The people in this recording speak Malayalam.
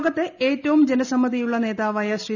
ലോക ത്തെ ഏറ്റവും ജനസമ്മതിയുള്ള നേതാവായ ശ്രീ